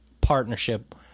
partnership